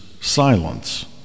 Silence